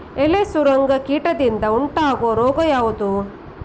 ಎಲೆ ಸುರಂಗ ಕೀಟದಿಂದ ಉಂಟಾಗುವ ರೋಗ ಯಾವುದು?